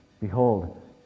Behold